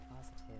positive